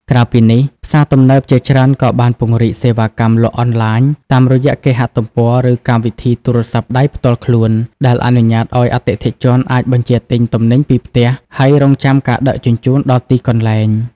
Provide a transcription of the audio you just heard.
ក្រៅពីនេះ ផ្សារទំនើបជាច្រើនក៏បានពង្រីកសេវាកម្មលក់អនឡាញ តាមរយៈគេហទំព័រ ឬកម្មវិធីទូរសព្ទដៃផ្ទាល់ខ្លួន ដែលអនុញ្ញាតឲ្យអតិថិជនអាចបញ្ជាទិញទំនិញពីផ្ទះ ហើយរង់ចាំការដឹកជញ្ជូនដល់ទីកន្លែង។